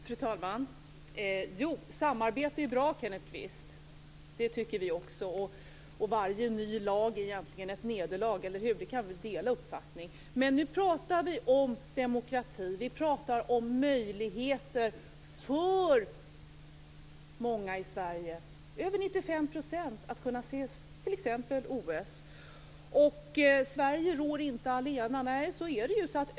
Fru talman! Jo, samarbete är bra, Kenneth Kvist. Det tycker vi också. Varje ny lag är egentligen ett nederlag, eller hur? Där kan vi nog dela uppfattning. Men nu pratar vi om demokrati. Vi pratar om möjligheter för många i Sverige, över 95 %, att kunna se t.ex. OS. Sverige råder inte allena - nej, så är det ju.